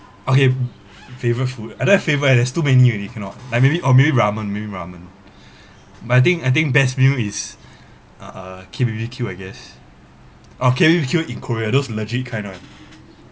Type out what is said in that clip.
okay favorite food I don't have favorite ah there's too many already cannot like maybe oh maybe ramen maybe ramen but I think I think best meal is uh K_B_B_Q I guess oh K_B_B_Q in korea those legit kind [one]